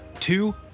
two